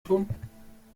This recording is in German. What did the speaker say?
tun